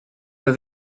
oedd